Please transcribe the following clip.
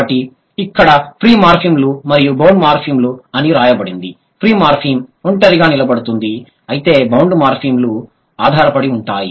కాబట్టి ఇక్కడ ఫ్రీ మార్ఫిమ్లు మరియు బౌండ్ మార్ఫిమ్లు అని వ్రాయబడింది ఫ్రీ మార్ఫిమ్ ఒంటరిగా నిలబడదు అయితే బౌండ్ మార్ఫిమ్లు ఆధారపడి ఉంటాయి